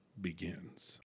begins